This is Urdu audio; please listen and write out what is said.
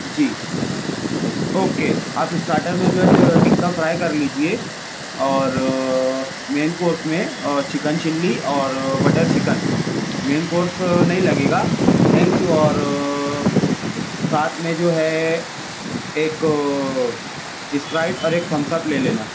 جی اوکے آپ اسٹاٹر میں جو ہے سو ٹکہ فرائی کر لیجیے اور مین کورس میں چکن چلی اور بٹر چکن مین کورس نہیں لگے گا تھینک یو اور ساتھ میں جو ہے ایک اسپرائٹ اور ایک تھمس اپ لے لینا